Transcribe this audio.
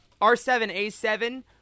R7A7